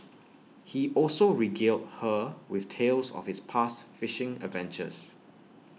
he also regaled her with tales of his past fishing adventures